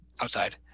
outside